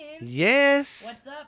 Yes